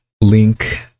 link